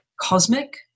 cosmic